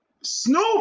Snoop